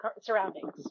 surroundings